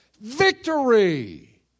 victory